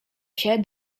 się